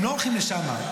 הם לא הולכים לשם,